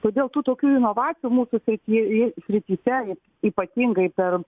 todėl tų tokių inovacijų mūsų srity y srityse ypatingai per